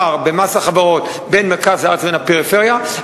פער במס החברות בין מרכז הארץ ובין הפריפריה,